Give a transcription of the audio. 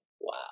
Wow